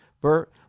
Bert